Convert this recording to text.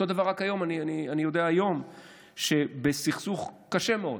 אותו דבר, אני יודע היום שבסכסוך קשה מאוד